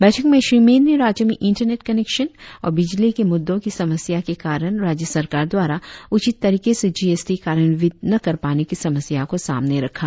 बैठक में श्री मैन ने राज्य में इंटरनेट कनेक्शन और बिजली के मुद्दे की समस्या के कारण राज्य सरकार द्वारा उचित तरीके से जी एस टी कार्यान्वित न कर पाने की समस्या को सामने रखा